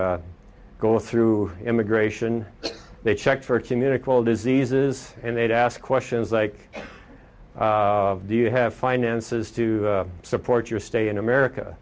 to go through immigration they checked for communicable diseases and they'd ask questions like do you have finances to support your stay in america